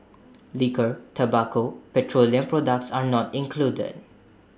Liquor Tobacco and petroleum products are not included